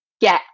get